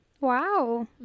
Wow